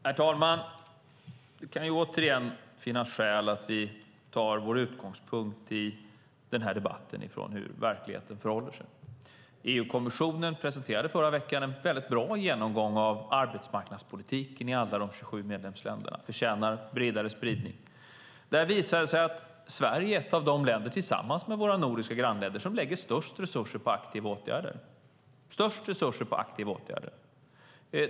Herr talman! Det kan återigen finnas skäl för oss att i debatten ta vår utgångspunkt i hur det förhåller sig i verkligheten. EU-kommissionen presenterade förra veckan en väldigt bra genomgång av arbetsmarknadspolitiken i alla de 27 medlemsländerna. Denna genomgång förtjänar en bredare spridning. Där visar det sig att Sverige vid sidan av våra nordiska grannländer hör till de länder som lägger störst resurser på aktiva åtgärder.